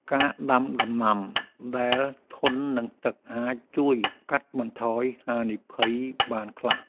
ការដាំដំណាំដែលធន់នឹងទឹកអាចជួយកាត់បន្ថយហានិភ័យបានខ្លះ។